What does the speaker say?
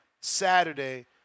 Saturday